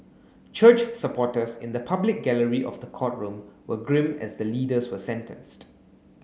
church supporters in the public gallery of the courtroom were grim as the leaders were sentenced